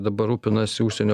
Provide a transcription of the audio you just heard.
dabar rūpinasi užsienio